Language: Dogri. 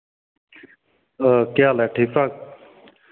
क्या हाल ऐ ठीक ठाक